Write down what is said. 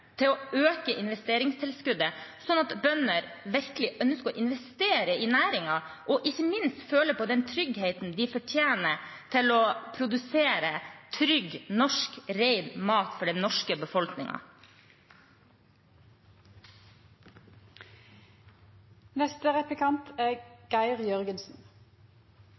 til å øke investeringstilskuddet, slik at bønder virkelig ønsker å investere i næringen og ikke minst føler på den tryggheten de fortjener, for å produsere trygg, norsk, ren mat for den norske befolkningen. Først vil jeg få gratulere Sandra Borch med statsrådsposten. Jeg er